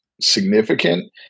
significant